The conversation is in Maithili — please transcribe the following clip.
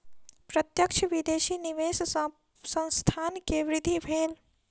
प्रत्यक्ष विदेशी निवेश सॅ संस्थान के वृद्धि भेल